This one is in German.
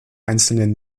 einzelnen